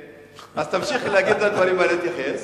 אז תמשיך להגיד דברים, ואני אתייחס.